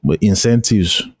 incentives